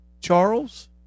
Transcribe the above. Charles